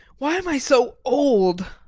why am i so old?